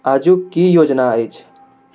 आजुक कि योजना अछि